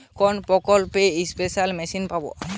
কোন প্রকল্পে spare machine পাব?